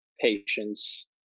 patience